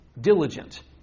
diligent